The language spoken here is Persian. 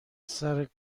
سرکار